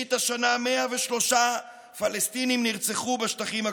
מראשית השנה נרצחו 103 פלסטינים בשטחים הכבושים,